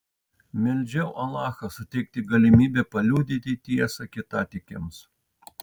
meldžiau alachą suteikti galimybę paliudyti tiesą kitatikiams